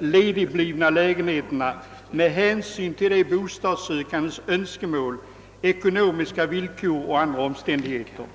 ledigblivna äldre lägenheterna med hänsyn till de bostadssökandes önskemål, ekonomiska villkor och andra omständigheter.